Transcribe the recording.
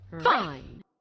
Fine